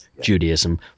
Judaism